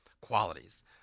qualities